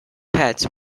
pets